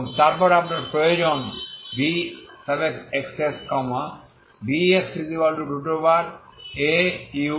এবং তারপর আপনার প্রয়োজন vxx vxaux